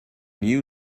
new